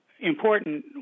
Important